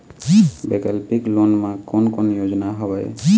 वैकल्पिक लोन मा कोन कोन योजना हवए?